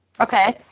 Okay